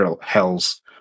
hells